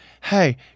hey